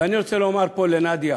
ואני רוצה לומר פה לנדיה: